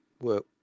work